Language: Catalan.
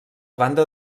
banda